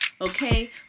okay